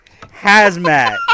Hazmat